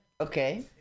Okay